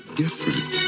different